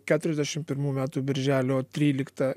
keturiasdešim pirmų metų birželio trylikta